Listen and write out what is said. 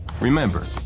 Remember